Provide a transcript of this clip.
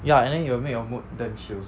ya and then you will make your mood damn shit also